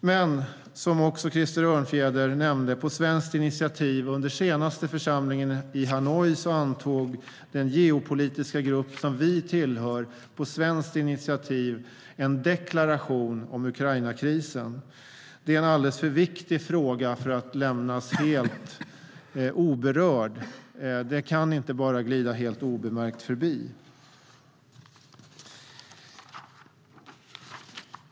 Men, som också Krister Örnfjäder nämnde, på svenskt initiativ under senaste församlingen i Hanoi antog den geopolitiska grupp vi tillhör en deklaration om Ukrainakrisen. Det är en alldeles för viktig fråga för att lämnas helt orörd. Den kan inte bara glida helt obemärkt förbi.